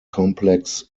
complex